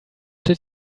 did